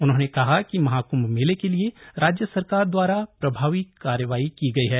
उन्होंने कहा कि महाक्भ मेले के लिए राज्य सरकार द्वारा प्रभावी कार्रवाई की गई है